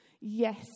yes